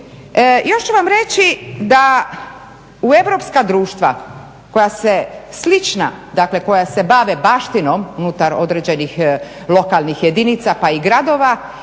Još ću vam reći da u Europska društva koja se slična, koja se bave baštinom unutar određenih lokalnih jedinica pa i gradova